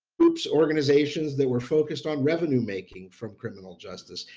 groups, organizations that were focused on revenue making from criminal justice,